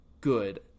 good